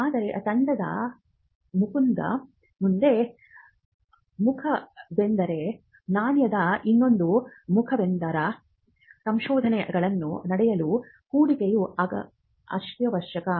ಆದರೆ ತಂಡದ ಮುಕುಂದ್ ಒಂದು ಮುಖವೆಂದರೆ ನಾಣ್ಯದ ಇನ್ನೊಂದು ಮುಖವೆಂದರೆ ಸಂಶೋಧನೆಗಳು ನಡೆಯಲು ಹೂಡಿಕೆಯು ಅತ್ಯವಶ್ಯಕ